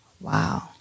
Wow